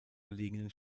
gelegenen